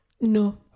No